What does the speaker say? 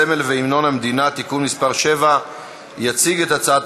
הסמל והמנון המדינה (תיקון מס' 7). יציג את הצעת